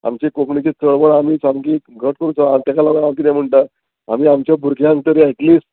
आमची कोंकणीची चळवळ आमी सामकी घट करचो आनी तेका लागून हांव किदें म्हणटा आमी आमच्या भुरग्यांक तरी एटलिस्ट